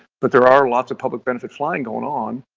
but there are lots of public benefit flying going on,